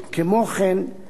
כמו כן,